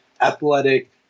athletic